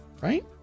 right